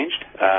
changed